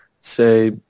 say